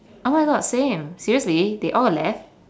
oh my god same seriously they all left